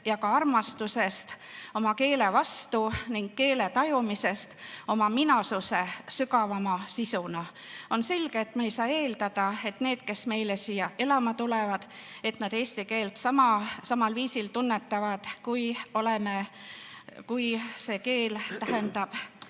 ja armastusest oma keele vastu ning keele tajumisest oma minasuse sügavama sisuna. On selge, et me ei saa eeldada, et need, kes meile siia elama tulevad, eesti keelt samal viisil tunnetavad, nagu tunnetame